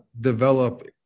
develop